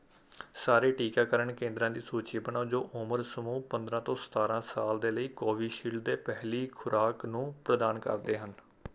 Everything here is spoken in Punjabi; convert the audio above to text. ਸਾਰੇ ਟੀਕਾਕਰਨ ਕੇਂਦਰਾਂ ਦੀ ਸੂਚੀ ਬਣਾਓ ਜੋ ਉਮਰ ਸਮੂਹ ਪੰਦਰ੍ਹਾਂ ਤੋਂ ਸਤਾਰ੍ਹਾਂ ਸਾਲ ਦੇ ਲਈ ਕੋਵਿਸ਼ਿਲਡ ਦੇ ਪਹਿਲੀ ਖੁਰਾਕ ਨੂੰ ਪ੍ਰਦਾਨ ਕਰਦੇ ਹਨ